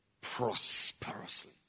prosperously